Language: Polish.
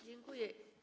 Dziękuję.